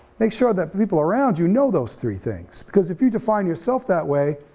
make sure that people around you know those three things cause if you define yourself that way,